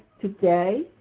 today